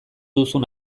duzun